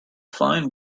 fine